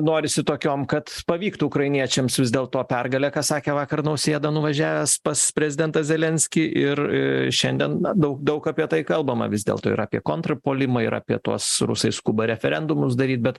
norisi tokiom kad pavyktų ukrainiečiams vis dėlto pergalę ką sakė vakar nausėda nuvažiavęs pas prezidentą zelenskį ir šiandien na daug daug apie tai kalbama vis dėl to ir apie kontrpuolimą ir apie tuos rusai skuba referendumus daryt bet